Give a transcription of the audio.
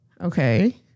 okay